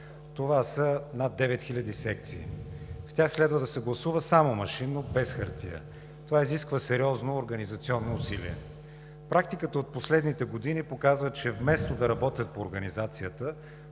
Това са над 9000 секции. В тях следва да се гласува само машинно, без хартия. Това изисква сериозно организационно усилие. Практиката от последните години показва, че вместо да работят по организацията,